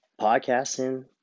podcasting